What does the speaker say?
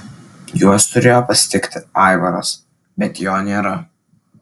juos turėjo pasitikti aivaras bet jo nėra